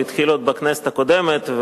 הוא התחיל עוד בכנסת הקודמת,